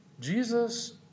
Jesus